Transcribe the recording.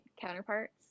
counterparts